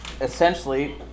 essentially